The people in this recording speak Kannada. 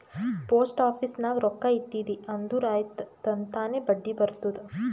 ಪೋಸ್ಟ್ ಆಫೀಸ್ ನಾಗ್ ರೊಕ್ಕಾ ಇಟ್ಟಿದಿ ಅಂದುರ್ ಆಯ್ತ್ ತನ್ತಾನೇ ಬಡ್ಡಿ ಬರ್ತುದ್